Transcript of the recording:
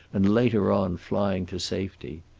and later on, flying to safety.